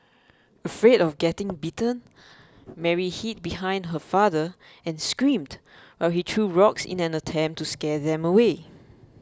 afraid of getting bitten Mary hid behind her father and screamed while he threw rocks in an attempt to scare them away